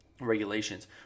regulations